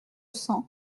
cents